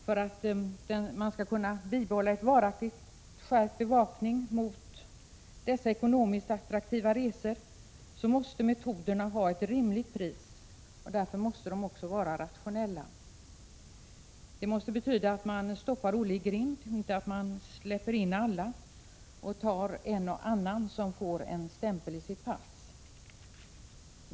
För att vi skall kunna bibehålla en varaktigt skärpt bevakning mot dessa ekonomiskt attraktiva resor måste kostnaden för bevakningen vara rimlig och bevakningsmetoderna alltså vara rationella. Detta innebär att man motar Olle i grind —- inte att man släpper in alla och endast ger en och annan en stämpel i hans pass.